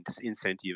incentive